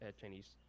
chinese